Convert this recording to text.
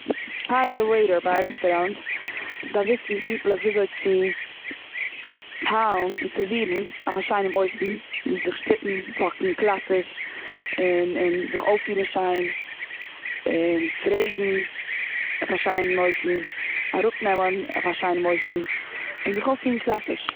טייערע וועיטער ביי א רעסטעראונט, דארף וויסן פינקטליך וויאזוי צו טיילן און סערווירן אויף א שיינעם אויפן, נישט זיך שטיפן, וואקן קלאסיש, און און זיך אויפפירן שיין, און פרעגן אויף א שיינעם אויפן, אראפנעמען אויף א שיינעם אויפן, און זיך אויפפירן קלאסיש.